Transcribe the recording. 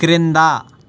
క్రింద